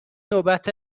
نوبت